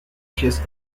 has